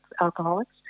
alcoholics